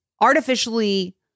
artificially